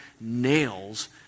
nails